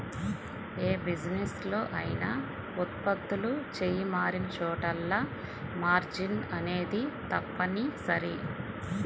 యే బిజినెస్ లో అయినా ఉత్పత్తులు చెయ్యి మారినచోటల్లా మార్జిన్ అనేది తప్పనిసరి